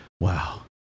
Wow